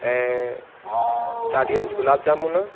ऐं चालीह गुलाब जामुन